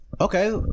Okay